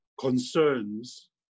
concerns